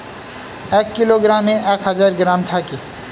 এক কিলোগ্রামে এক হাজার গ্রাম থাকে